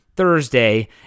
thursday